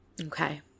Okay